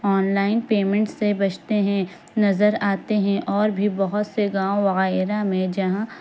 on line payment سے بچتے ہیں نظر آتے ہیں اور بھی بہت سے گاؤں وغیرہ میں جہاں